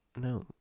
No